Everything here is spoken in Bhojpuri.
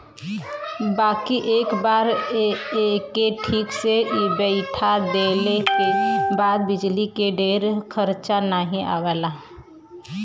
बाकी एक बार एके ठीक से बैइठा देले के बाद बिजली के ढेर खरचा नाही आवला